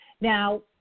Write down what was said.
Now